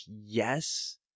yes